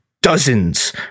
dozens